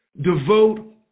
devote